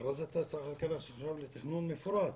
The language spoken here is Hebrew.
אחרי זה אתה צריך להיכנס לתכנון מפורט,